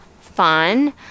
fun